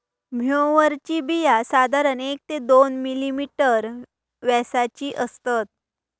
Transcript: म्होवरीची बिया साधारण एक ते दोन मिलिमीटर व्यासाची असतत